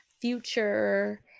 future